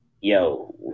yo